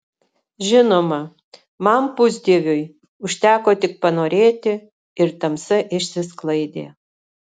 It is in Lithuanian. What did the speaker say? žinoma man pusdieviui užteko tik panorėti ir tamsa išsisklaidė